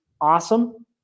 awesome